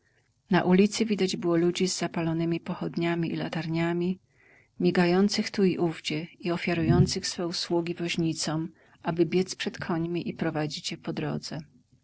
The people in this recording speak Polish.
na ulicy widać było ludzi z zapalonemi pochodniami i latarniami migających tu i owdzie i ofiarujących swe usługi woźnicom aby biedz przed końmi i prowadzić je po drodze